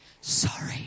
sorry